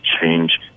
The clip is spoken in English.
change